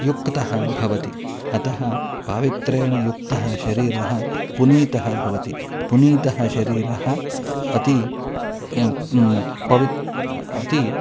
युक्तः भवति अतः पवित्रेण युक्तं शरीरं पुनीतं भवति पुनीतं शरीरम् अति पवित्रम् अति